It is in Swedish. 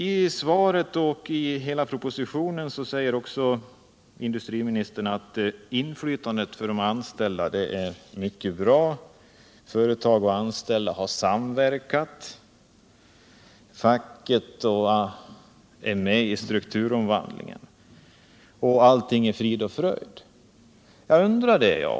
I svaret och i propositionen säger industriministern att inflytandet för de anställda är mycket bra. Företag och anställda har samverkat. Facket är med i strukturomvandlingen, och allting är frid och fröjd. Jag undrar det, jag.